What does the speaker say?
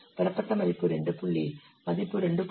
பெறப்பட்ட மதிப்பு 2 புள்ளி மதிப்பு 2